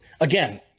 again